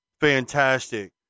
fantastic